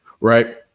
right